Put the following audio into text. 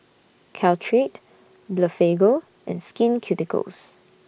Caltrate Blephagel and Skin Ceuticals